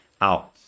out